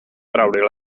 treure